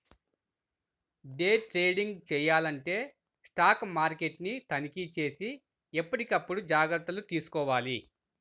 day trading చెయ్యాలంటే stock మార్కెట్ని తనిఖీచేసి ఎప్పటికప్పుడు జాగర్తలు తీసుకోవాలి